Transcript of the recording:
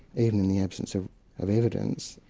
even in the absence of of evidence,